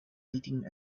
leading